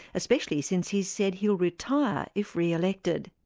especially since he's said he'll retire if re-elected?